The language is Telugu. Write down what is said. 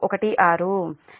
ఇది నా ఫిగర్ 7